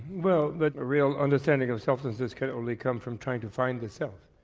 well the real understanding of selflessness can only come from trying to find the self.